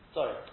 Sorry